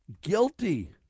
Guilty